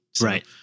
Right